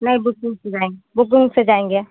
नहीं बुकिंग से जाएंगे बुकिंग से जाएंगे